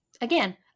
again